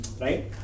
right